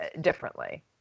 differently